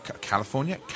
California